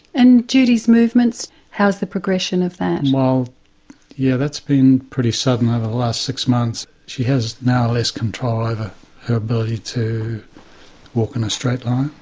and judy's movements how's the progression of that? well yeah that's been pretty sudden over ah the last six months she has now less control over her ability to walk in a straight line.